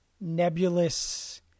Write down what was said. nebulous